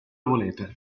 volete